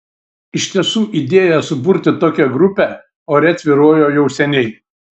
iš tiesų idėja suburti tokią grupę ore tvyrojo jau seniai